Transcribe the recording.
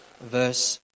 verse